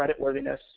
creditworthiness